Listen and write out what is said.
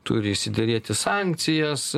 turi išsiderėti sankcijas